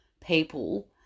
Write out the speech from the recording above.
people